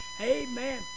amen